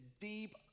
deep